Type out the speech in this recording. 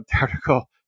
article